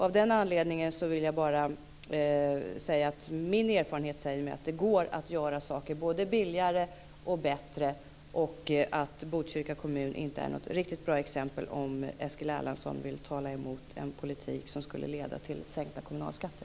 Av den anledningen vill jag bara säga att min erfarenhet är att det går att göra saker både billigare och bättre samt att Botkyrka kommun inte är ett riktigt bra exempel om nu Eskil Erlandsson vill tala emot en politik som skulle leda till sänkta kommunalskatter.